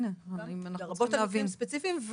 לרבות המקרים הספציפיים,